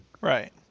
Right